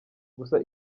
gusa